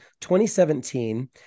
2017